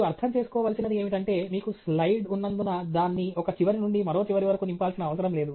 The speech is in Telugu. మీరు అర్థం చేసుకోవలసినది ఏమిటంటే మీకు స్లైడ్ ఉన్నందున దాన్ని ఒక చివరి నుండి మరో చివరి వరకు నింపాల్సిన అవసరం లేదు